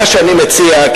מה שאני מציע,